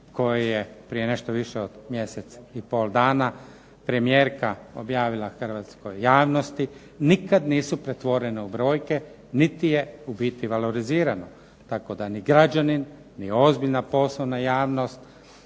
koje prije nešto više od mjesec i pol dana premijerka objavila hrvatskoj javnosti nikad nisu pretvorene u brojke niti je u biti valorizirano, tako da ni građanin ni ozbiljna poslovna javnost,